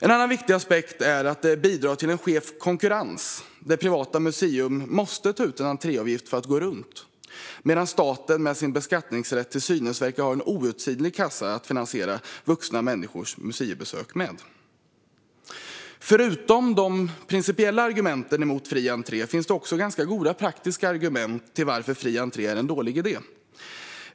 En annan viktig aspekt är att det bidrar till en skev konkurrens, där privata museer måste ta ut entréavgift för att gå runt medan staten med sin beskattningsrätt till synes verkar ha en outsinlig kassa att finansiera vuxna människors museibesök med. Förutom de principiella argumenten mot fri entré finns det också goda praktiska argument för att fri entré är en dålig idé.